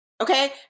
Okay